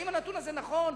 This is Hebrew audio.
האם הנתון הזה נכון?